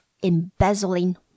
Embezzling